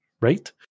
right